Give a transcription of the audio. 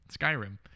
skyrim